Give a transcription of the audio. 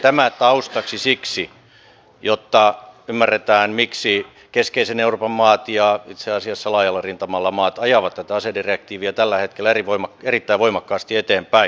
tämä taustaksi siksi jotta ymmärretään miksi keskisen euroopan maat ja itse asiassa laajalla rintamalla maat ajavat tätä asedirektiiviä tällä hetkellä erittäin voimakkaasti eteenpäin